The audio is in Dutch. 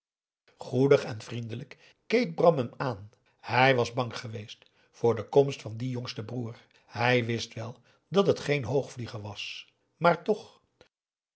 goedig en vriendelijk keek bram hem aan hij was bang geweest voor de komst van dien jongsten broer hij wist wel dat het geen hoogvlieger was maar toch